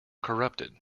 corrupted